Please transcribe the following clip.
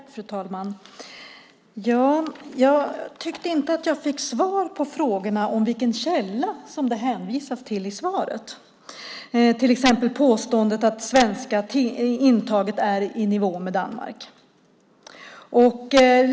Fru talman! Jag tyckte inte att jag fick något svar på frågan om vilken källa det hänvisas till i svaret. Det gäller till exempel påståendet att det svenska intaget är i nivå med det danska.